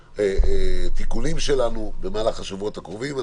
התיקונים שלנו במהלך שבועות הקרובים.